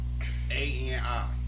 A-N-I